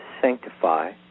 sanctify